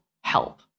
help